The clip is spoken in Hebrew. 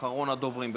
אחרון הדוברים.